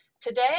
Today